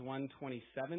1.27